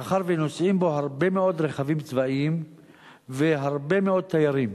מאחר שנוסעים בו הרבה מאוד רכבים צבאיים והרבה מאוד תיירים.